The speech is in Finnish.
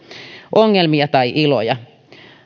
ongelmia tai iloja